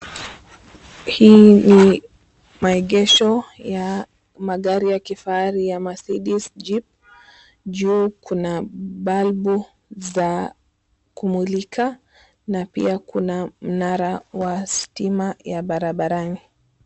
Hii ni maegesho ya magari ya kifahari ya Mercedes Jeep. Juu kuna balbu za kumulika na pia kuna mnara wa stima ya barabarani.